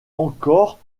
encore